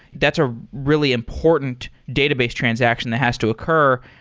that's a really important database transaction that has to occur,